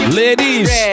ladies